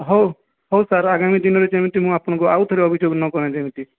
ହଉ ହଉ ସାର୍ ଆଗାମୀ ଦିନରେ ଯେମିତି ମୁଁ ଆପଣଙ୍କୁ ଆଉ ଥରେ ଅଭିଯୋଗ ନ କରେ ଯେମିତି